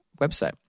website